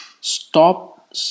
stop